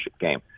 game